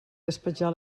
despatxar